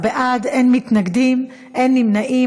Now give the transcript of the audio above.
19 בעד, אין מתנגדים, אין נמנעים.